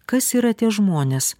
kas yra tie žmonės